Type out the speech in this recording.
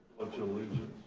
pledge allegiance